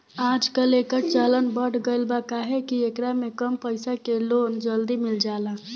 आजकल, एकर चलन बढ़ गईल बा काहे कि एकरा में कम पईसा के लोन जल्दी मिल जाला